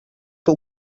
que